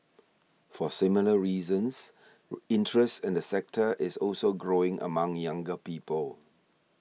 for similar reasons interest in the sector is also growing among younger people